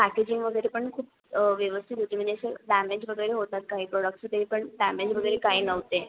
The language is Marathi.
पॅकेजिंग वगैरे पण खूप व्यवस्थित होती म्हणजे असं डॅमेज वगैरे होतात काही प्रोडक्ट असं ते पण डॅमेज वगैरे काही नव्हते